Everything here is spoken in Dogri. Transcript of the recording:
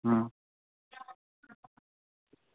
अं